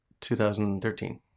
2013